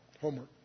homework